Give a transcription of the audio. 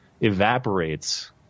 evaporates